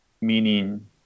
meaning